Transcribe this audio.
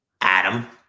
adam